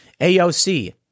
AOC